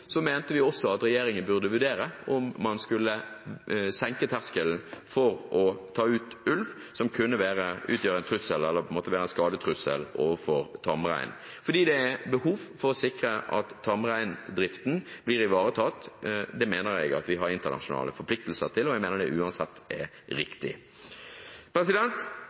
mente vi også at regjeringen burde vurdere om man skulle senke terskelen for å ta ut ulv som kunne utgjøre en skadetrussel overfor tamrein, fordi det er behov for å sikre at tamreindriften blir ivaretatt. Det mener jeg at vi har internasjonale forpliktelser til, og jeg mener det uansett er riktig.